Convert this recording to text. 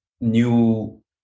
new